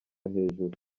hejuru